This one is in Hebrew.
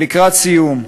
לקראת סיום,